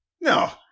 No